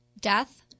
Death